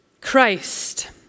Christ